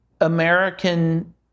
American